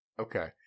Okay